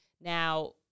Now